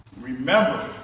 remember